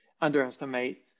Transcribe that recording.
underestimate